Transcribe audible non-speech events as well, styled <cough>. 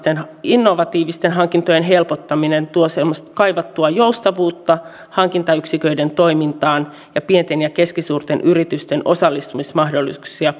innovatiivisten hankintojen helpottaminen tuovat semmoista kaivattua joustavuutta hankintayksiköiden toimintaan ja pienten ja keskisuurten yritysten osallistumismahdollisuuksia <unintelligible>